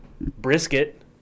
brisket